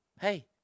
Hey